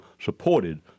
supported